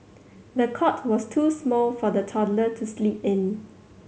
the cot was too small for the toddler to sleep in